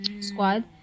squad